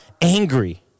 angry